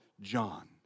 John